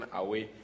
away